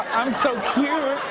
i'm so cute.